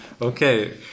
Okay